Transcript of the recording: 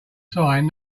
sign